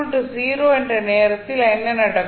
t 0 என்ற நேரத்தில் என்ன நடக்கும்